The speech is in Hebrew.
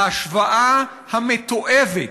ההשוואה המתועבת